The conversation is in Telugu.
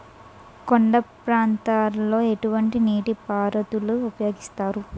కొండ ప్రాంతాల్లో ఎటువంటి నీటి పారుదల ఉపయోగిస్తారు?